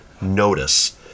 notice